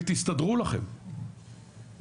ותסתדרו לכם,